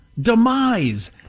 demise